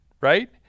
right